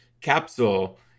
capsule